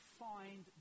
find